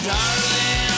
Darling